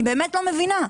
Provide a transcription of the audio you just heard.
אני באמת לא מבינה.